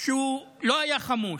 שהוא לא היה חמוש,